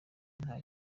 nta